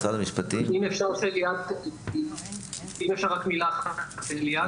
אם אפשר רק מילה לליאת.